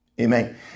Amen